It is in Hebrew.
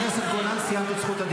נתתי לכם חומר בעירה, איזה כיף לכם.